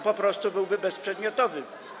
Po prostu byłby bezprzedmiotowy.